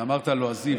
אמרת "לועזי",